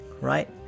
right